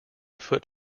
foot